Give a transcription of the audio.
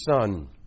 son